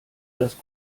dass